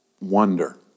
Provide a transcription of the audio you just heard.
wonder